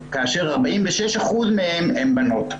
כש-46% מזה היו בנות.